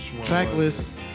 tracklist